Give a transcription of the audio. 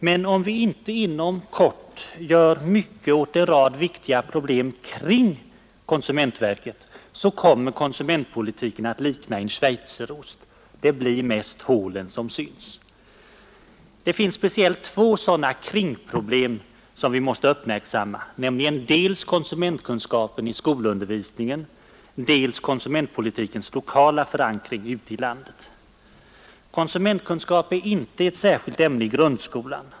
Om vi emellertid inte inom kort gör mycket åt en rad viktiga problem kring konsumentverket, så kommer konsumentpolitiken att likna en schweizerost — det blir mest hålen som syns. Det finns speciellt två sådana ”kringproblem” som vi måste uppmärksamma, nämligen dels konsumentkunskapen i skolundervisningen, dels konsumentpolitikens lokala förankring ute i landet. Konsumentkunskap är inte ett särskilt ämne i grundskolan.